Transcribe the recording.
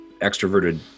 extroverted